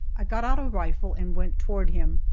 i got out a rifle and went toward him,